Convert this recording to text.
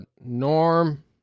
Norm